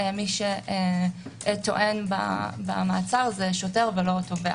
מי שטוען במעצר זה שוטר ולא תובע